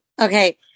Okay